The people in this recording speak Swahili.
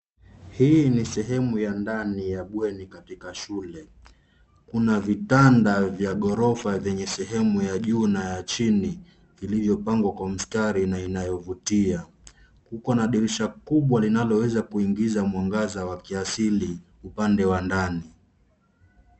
Hii ni sehemu ya ndani ya bweni katika shule .Kuna vitanda vya ghorofa vyenye sehemu ya juu na ya chini iliyopangwa kwa mstari na inayovutia. Kuna dirisha kubwa linaloweza kuingiza mwangaza wa kiasili upande wa ndani.